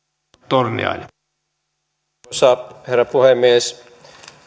arvoisa herra puhemies